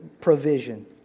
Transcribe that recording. provision